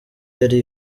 yari